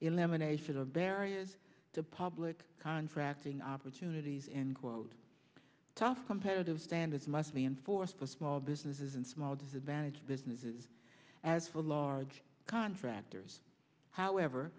elimination of their areas to public contracting opportunities in quote tough competitive standards must be enforced for small businesses and small disadvantaged businesses as for large contractors however